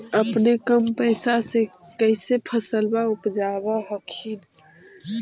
अपने कम पैसा से कैसे फसलबा उपजाब हखिन?